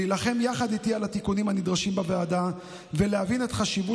להילחם יחד איתי על התיקונים הנדרשים בוועדה ולהבין את חשיבות